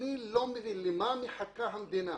אני לא מבין למה מחכה המדינה.